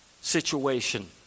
situation